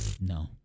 no